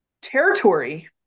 territory